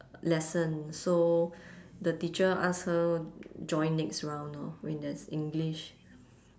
lesson so the teacher ask her join next round orh when there's english